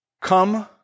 come